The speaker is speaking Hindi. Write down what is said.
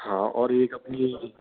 हाँ और एक अपनी